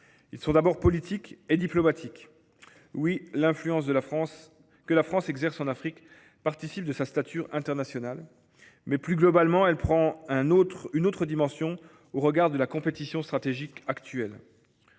sont d’abord politiques et diplomatiques. Oui, l’influence que la France exerce en Afrique participe de sa stature internationale, mais, plus globalement, elle prend une autre dimension au regard de la compétition stratégique actuelle.